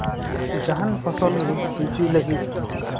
ᱡᱟᱦᱟᱱ ᱯᱷᱚᱥᱚᱞ ᱜᱮ ᱦᱩᱭ ᱦᱚᱪᱚᱭ ᱞᱟᱹᱜᱤᱫ